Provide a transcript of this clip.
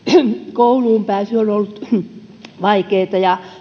kouluunpääsy on ollut vaikeata ja